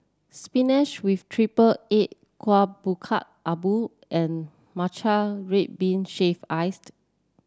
spinach with triple egg Kuih Bingka Ubi and Matcha Red Bean Shaved Ice